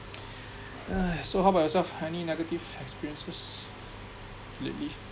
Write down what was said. !hais! so how about yourself any negative experiences lately